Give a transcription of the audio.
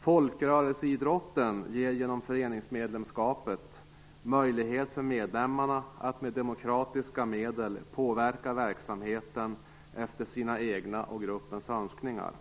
Folkrörelseidrotten ger genom föreningsmedlemskapet möjlighet för medlemmarna att med demokratiska medel påverka verksamheten efter sina egna och gruppens önskningar.